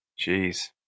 Jeez